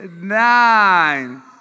nine